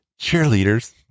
cheerleaders